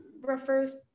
refers